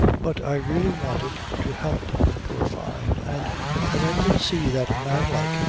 but i really wanted to help poor fyne and as i could see that, manlike,